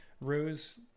Rose